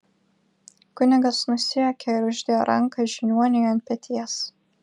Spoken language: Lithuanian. kunigas nusijuokė ir uždėjo ranką žiniuoniui ant peties